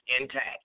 intact